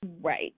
Right